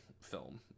film